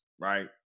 Right